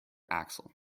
axle